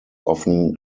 often